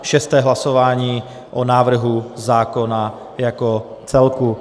Šesté hlasování o návrhu zákona jako celku.